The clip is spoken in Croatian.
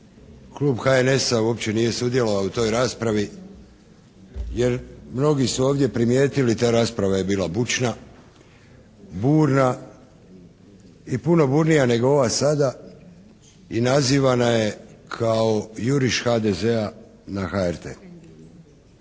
klub HNS-a uopće nije sudjelovao u toj raspravi, jer mnogi su ovdje primijetili ta rasprava je bila bučna, burna i puno burnija nego ova sada i nazivana je kao juriš HDZ-a na HRT.